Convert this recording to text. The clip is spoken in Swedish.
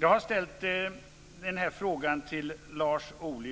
Jag har ställt en fråga till Lars Ohly.